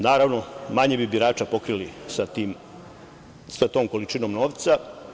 Naravno, manje bi birača pokrili sa tom količinom novca.